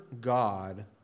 God